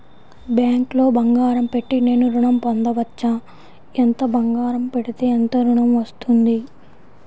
బ్యాంక్లో బంగారం పెట్టి నేను ఋణం పొందవచ్చా? ఎంత బంగారం పెడితే ఎంత ఋణం వస్తుంది?